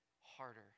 harder